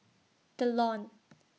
The Lawn